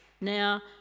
now